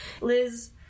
Liz